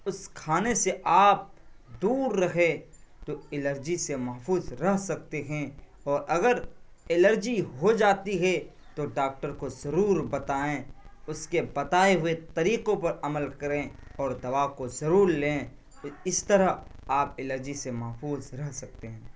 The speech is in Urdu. اس کھانے سے آپ دور رہیں تو الرجی سے محفوظ رہ سکتے ہیں اور اگر الرجی ہو جاتی ہے تو ڈاکٹر کو ضرور بتائیں اس کے بتائے ہوئے طریقوں پر عمل کریں اور دوا کو ضرور لیں تو اس طرح آپ الرجی سے محفوظ رہ سکتے ہیں